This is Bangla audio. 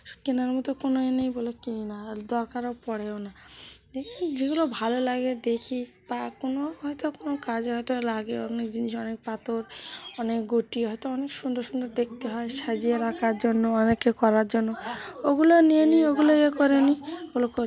ওসব কেনার মতো কোনো এ নেই বলে কিনি না আর দরকারও পড়েও না দেখি যেগুলো ভালো লাগে দেখি বা কোনো হয়তো কোনো কাজে হয়তো লাগে অনেক জিনিস অনেক পাথর অনেক গুটি হয়তো অনেক সুন্দর সুন্দর দেখতে হয় সাজিয়ে রাখার জন্য অনেক এ করার জন্য ওগুলো নিয়ে নিই ওগুলো ইয়ে করে নিই ওগুলো কোর